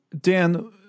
Dan